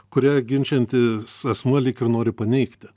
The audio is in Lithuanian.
kurią ginčijantis asmuo lyg ir nori paneigti